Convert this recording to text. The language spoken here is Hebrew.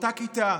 באותה כיתה,